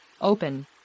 open